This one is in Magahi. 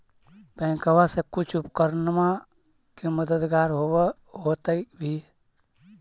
बैंकबा से कुछ उपकरणमा के मददगार होब होतै भी?